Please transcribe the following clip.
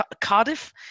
cardiff